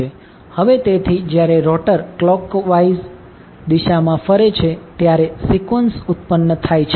હવે તેથી જ્યારે રોટર કલોકવાઈઝ દિશામાં ફરે છે ત્યારે સિકવન્સ ઉત્ત્પન થાય છે